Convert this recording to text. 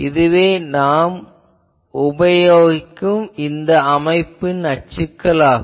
இதுவே நாம் உபயோகிக்கும் இந்த அமைப்பின் அச்சுக்கள் ஆகும்